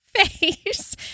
face